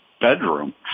bedroom